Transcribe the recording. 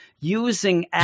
using